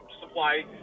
supply